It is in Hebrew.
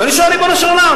ואני שואל: ריבונו של עולם,